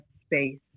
space